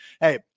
Hey